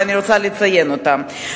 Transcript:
ואני רוצה לציין אותן.